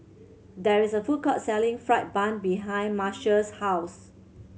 there is a food court selling fried bun behind Marshall's house